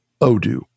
Odoo